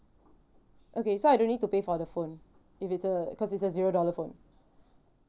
okay so I don't need to pay for the phone if it's a cause it's a zero dollar phone